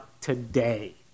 today